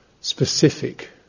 specific